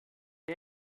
der